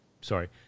Sorry